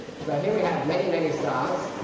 so here we have many, many stars.